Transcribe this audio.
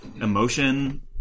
emotion